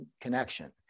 connection